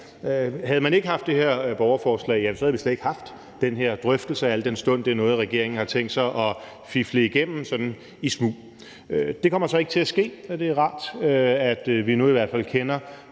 Havde man ikke haft det her borgerforslag, havde vi slet ikke haft den her drøftelse, al den stund det er noget, som regeringen har tænkt sig sådan at fifle igennem i smug. Det kommer så ikke til at ske, og det er i hvert fald rart,